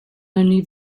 only